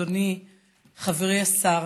אדוני חברי השר,